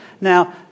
Now